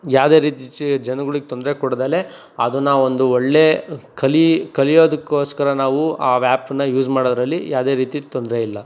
ಯಾವುದೇ ರೀತಿ ಜನಗಳಿಗೆ ತೊಂದರೆ ಕೊಡದೇ ಅದನ್ನು ಒಂದು ಒಳ್ಳೆ ಕಲಿ ಕಲಿಯೋದಕ್ಕೋಸ್ಕರ ನಾವು ಆ ವ್ಯಾಪ್ನ ಯೂಸ್ ಮಾಡೋದರಲ್ಲಿ ಯಾವುದೇ ರೀತಿ ತೊಂದರೆ ಇಲ್ಲ